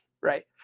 right